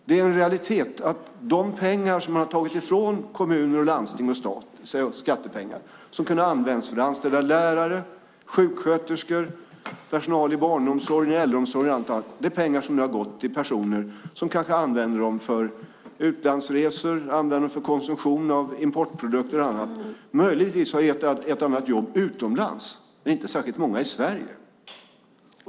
Det är en realitet att de pengar som ni har tagit från kommuner, landsting och stat, skattepengar som kunde ha använts för att anställa lärare, sjuksköterskor, personal i barnomsorg och äldreomsorg är pengar som nu har gått till personer som kanske använder dem för utlandsresor, för konsumtion av importprodukter och annat. Möjligtvis har det gett ett och annat jobb utomlands men inte särskilt många i Sverige.